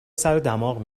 سردماغ